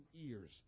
ears